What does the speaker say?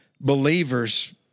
believers